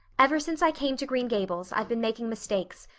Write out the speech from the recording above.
ever since i came to green gables i've been making mistakes,